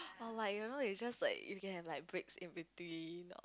or like you know you just like you can have like breaks in between